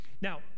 Now